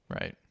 Right